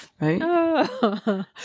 right